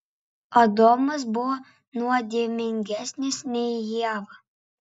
adomas buvo nuodėmingesnis nei ieva